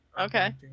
okay